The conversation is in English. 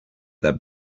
that